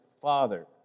Father